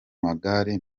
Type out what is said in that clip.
magare